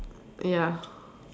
ya